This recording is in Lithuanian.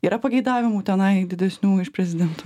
yra pageidavimų tenai didesnių iš prezidento